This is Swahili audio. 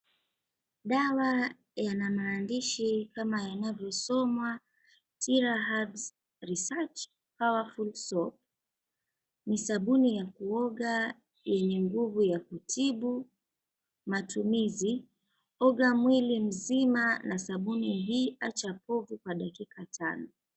Dawa yana maandishi kama yanavyosomwa, Tiba Herbs Research Powerful Soap. Ni sabuni ya kuoga yenye nguvu ya kutibu, matumizi: oga mwili mzima na sabuni hii acha povu kwa dakika tano.